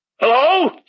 Hello